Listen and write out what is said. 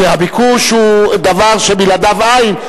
הביקוש הוא דבר שבלעדיו אין,